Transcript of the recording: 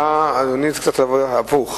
אדוני, זה קצת הפוך.